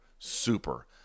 super